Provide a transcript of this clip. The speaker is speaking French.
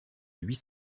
huit